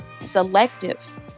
selective